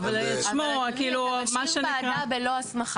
אבל אדוני, אתה משאיר ועדה בלא הסמכה.